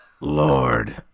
Lord